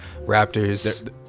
Raptors